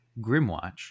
Grimwatch